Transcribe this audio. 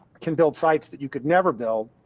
can build sites that you could never build,